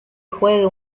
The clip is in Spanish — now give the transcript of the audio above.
juegue